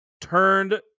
turned